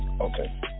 Okay